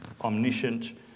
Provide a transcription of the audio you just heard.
omniscient